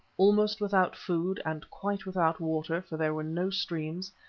almost without food, and quite without water, for there were no streams,